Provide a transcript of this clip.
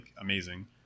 amazing